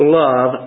love